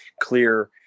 clear